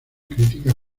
críticas